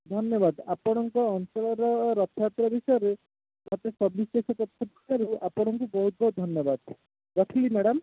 ଧନ୍ୟବାଦ ଆପଣଙ୍କ ଅଞ୍ଚଳର ରଥଯାତ୍ରା ବିଷୟରେ ସବିଶେଷ ଆପଣଙ୍କୁ ବହୁତ ବହୁତ ଧନ୍ୟବାଦ ରଖିଲି ମ୍ୟାଡ଼ାମ୍